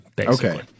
Okay